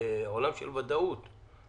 בעולם של ודאות.